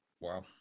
Wow